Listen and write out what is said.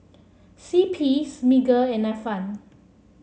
C P Smiggle and Ifan